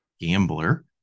gambler